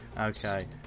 Okay